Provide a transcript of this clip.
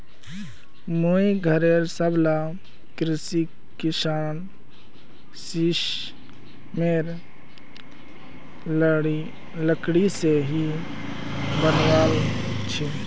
मुई घरेर सबला कुर्सी सिशमेर लकड़ी से ही बनवाल छि